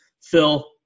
Phil